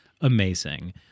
amazing